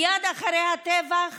מייד אחרי הטבח